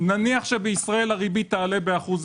נניח שבישראל הריבית תעלה ב-1%.